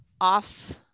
off